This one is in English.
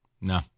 No